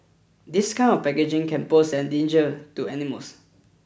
this kind of packaging can pose a danger to animals